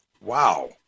Wow